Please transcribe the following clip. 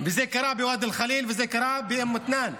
זה קרה בוואדי אל-ח'ליל וזה קרה באום מתנאן.